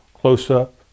close-up